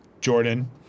Jordan